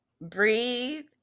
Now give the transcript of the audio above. breathe